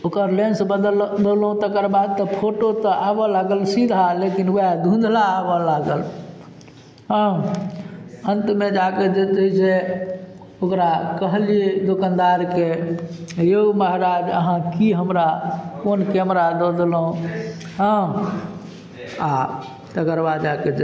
ओकर लेन्स बदलबेलहुॅं तकर बाद तऽ फोटो तऽ आबऽ लागल सीधा लेकिन वएह धुंधला आबऽ लागल हँ अन्तमे जाके जे छै से ओकरा कहलियै दोकानदारके यौ महाराज अहाँ की हमरा कोन कैमरा दऽ देलहुॅं हँ आ तकर बाद जाकऽ